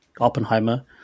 Oppenheimer